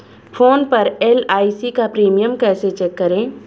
Phone पर LIC का premium कैसे चेक करें?